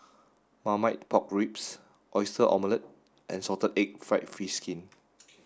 marmite pork ribs oyster omelette and salted egg fried fish skin